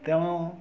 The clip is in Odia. ତେଣୁ